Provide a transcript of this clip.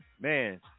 Man